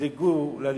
יזלגו לליכוד.